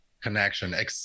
connection